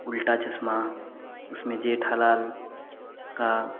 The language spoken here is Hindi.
उल्टा चश्मा उसमें जेठालाल का